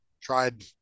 tried